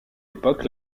époque